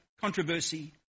controversy